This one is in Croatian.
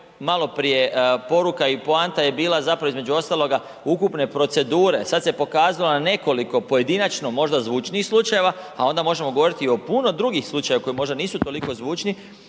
maloprije poruka i poanta je bila zapravo između ostaloga ukupne procedure, sad se pokazalo na nekoliko pojedinačno možda zvučnijih slučajeva, a onda možemo govoriti i o puno drugih slučajeva koji možda nisu toliko zvučni,